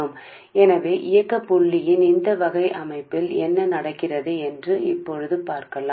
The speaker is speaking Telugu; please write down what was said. సో ఇప్పుడు ఆపరేటింగ్ పాయింట్ ఏర్పాటు ఈ రకం ఏమి జరుగుతుందో చూద్దాం